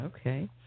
okay